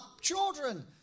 children